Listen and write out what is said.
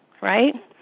right